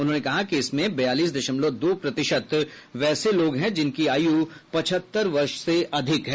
उन्होंने कहा कि इसमें बयालीस दशमलव दो प्रतिशत वैसे लोग हैं जिनकी आयु पचहत्तर वर्ष से अधिक है